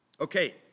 Okay